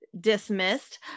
dismissed